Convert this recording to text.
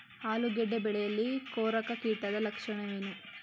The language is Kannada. ಆಲೂಗೆಡ್ಡೆ ಬೆಳೆಯಲ್ಲಿ ಕೊರಕ ಕೀಟದ ಲಕ್ಷಣವೇನು?